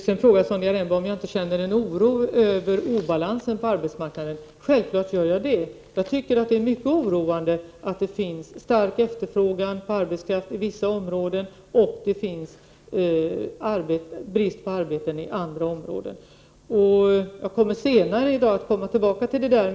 Sonja Rembo frågade också om jag inte känner en oro för obalansen på arbetsmarknaden. Självfallet gör jag det. Jag tycker att det är mycket oroande att det finns stark efterfrågan på arbetskraft i vissa områden och brist på arbetstillfällen i andra områden. Jag kommer senare i dag att komma tillbaka till detta.